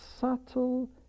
subtle